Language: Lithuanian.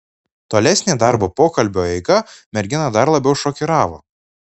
tolesnė darbo pokalbio eiga merginą dar labiau šokiravo